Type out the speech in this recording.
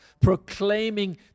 proclaiming